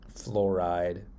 fluoride